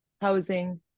housing